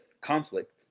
conflict